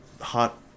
hot